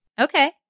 Okay